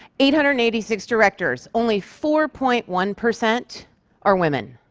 eight hundred and eighty six directors. only four point one percent are women.